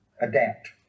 adapt